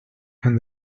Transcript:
and